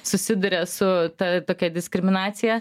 susiduria su ta tokia diskriminacija